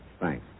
thanks